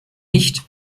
nicht